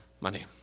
money